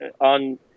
on